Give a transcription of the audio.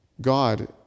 God